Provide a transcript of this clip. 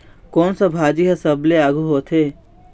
कोन सा भाजी हा सबले आघु होथे?